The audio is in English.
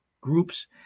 groups